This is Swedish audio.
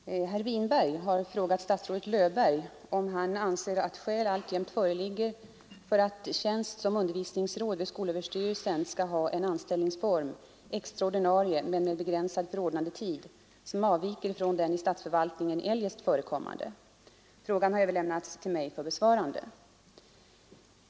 Herr talman! Herr Winberg har frågat statsrådet Löfberg, om han anser att skäl alltjämt föreligger för att tjänst som undervisningsråd vid skolöverstyrelsen skall ha en anställningsform som avviker från den i statsförvaltningen eljest förekommande. Frågan har överlämnats till mig för besvarande.